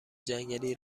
جنگلی